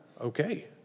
Okay